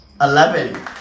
Eleven